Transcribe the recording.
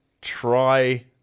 try